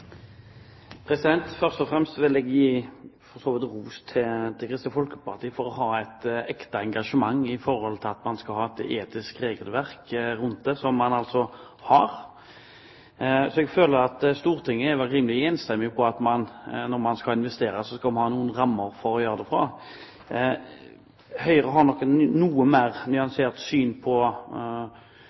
fremst vil jeg gi ros til Kristelig Folkeparti som har et ekte engasjement for å ha et etisk regelverk rundt dette, som man altså har. Jeg føler at Stortinget er rimelig enstemmig her, at når man skal investere, så skal man ha noen rammer. Høyre har nok et noe mer nyansert syn på